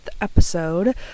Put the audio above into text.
episode